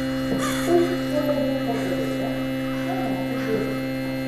puspriekabių pardavėjams šie metai geri